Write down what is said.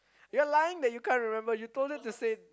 you are lying but you can't remember you told him to say